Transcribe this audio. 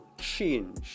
change